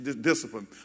discipline